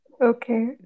okay